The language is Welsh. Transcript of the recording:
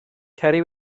ceri